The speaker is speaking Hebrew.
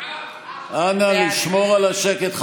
בעד אנא, לשמור על השקט.